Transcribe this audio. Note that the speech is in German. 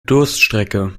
durststrecke